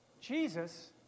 Jesus